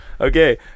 Okay